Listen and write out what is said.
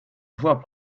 voix